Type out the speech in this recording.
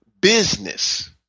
business